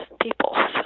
people